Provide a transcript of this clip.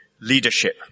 leadership